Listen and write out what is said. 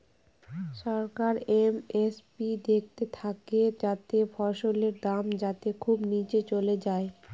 সরকার MSP দেখতে থাকে যাতে ফসলের দাম যাতে খুব নীচে চলে যায়